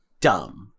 dumb